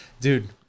Dude